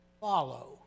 Follow